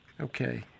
Okay